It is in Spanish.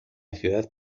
ciudad